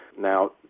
Now